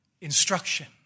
instruction